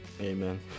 Amen